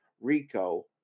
RICO